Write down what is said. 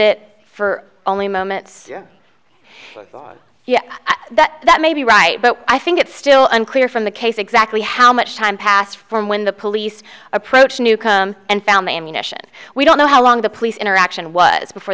it for only moments yeah that may be right but i think it's still unclear from the case exactly how much time passed when the police approached new and found ammunition we don't know how long the police interaction was before